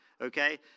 Okay